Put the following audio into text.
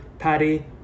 Patty